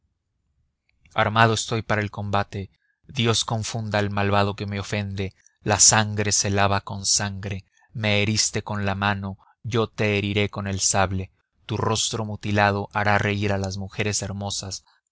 armado estoy para el combate dios confunda al malvado que me ofende la sangre se lava con sangre me heriste con la mano yo te heriré con el sable tu rostro mutilado hará reír a las mujeres hermosas